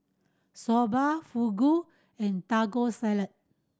Soba Fugu and Taco Salad